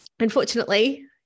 Unfortunately